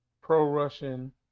pro-russian